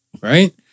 right